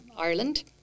Ireland